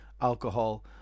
alcohol